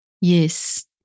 Yes